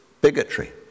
bigotry